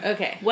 Okay